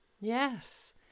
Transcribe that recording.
Yes